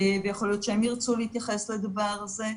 יכול להיות שהם ירצו להתייחס לדבר הזה.